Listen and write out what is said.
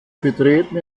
betreten